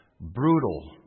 Brutal